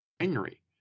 January